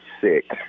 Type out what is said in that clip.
sick